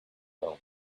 alone